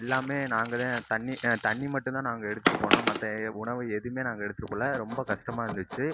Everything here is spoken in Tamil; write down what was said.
எல்லாமே நாங்கள் தான் தண்ணி தண்ணி மட்டுந்தான் நாங்கள் எடுத்துட்டு போனோம் மற்ற உணவு நாங்கள் எதுவுமே எடுத்துட்டு போகல ரொம்ப கஷ்டமாக இருந்துச்சு